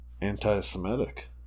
anti-Semitic